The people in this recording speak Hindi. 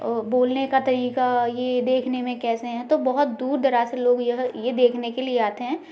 बोलने का तरीका ये देखने में कैसे हैं तो बहुत दूर दराज से लोग यह ये देखने के लिए आते हैं